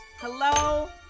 Hello